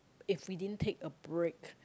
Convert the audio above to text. if we didn't take a break